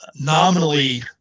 nominally